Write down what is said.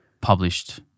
published